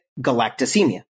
galactosemia